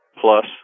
plus